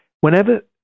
Whenever